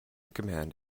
command